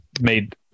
made